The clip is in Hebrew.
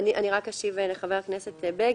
אני רק אסיים את תשובתי לחבר הכנסת בגין: